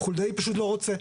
חולדאי פשוט לא רוצה.